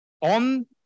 on